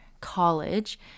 college